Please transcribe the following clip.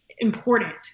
important